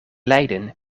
leiden